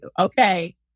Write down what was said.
okay